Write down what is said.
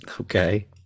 okay